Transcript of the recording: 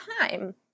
time